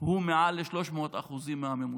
הוא מעל ל-300% מהממוצע.